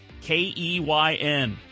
K-E-Y-N